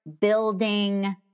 building